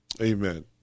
amen